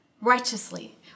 righteously